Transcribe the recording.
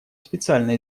специально